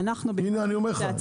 הנה אני אומר לך,